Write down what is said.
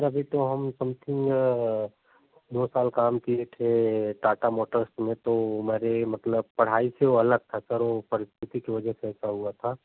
sir अभी तो हम समथिंग दो साल काम किए थे टाटा मोटर्स में तो हमारे मतलब पढ़ाई से वह अलग था सर वह परिस्थिति की वजह से ऐसा हुआ था